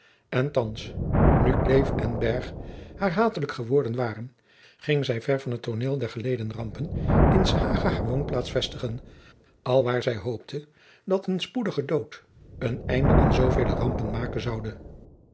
en thands nu kleef en berg haar hatelijk geworden waren ging zij ver van het tooneel der geleden rampen in s hage haar woonplaats vestigen alwaar zij hoopte dat een spoedige dood een einde aan zoovele rampen maken zoude